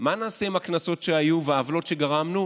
מה נעשה עם הקנסות שהיו והעוולות שגרמנו?